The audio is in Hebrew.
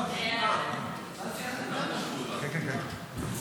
לדיון בוועדת החוקה, חוק ומשפט נתקבלה.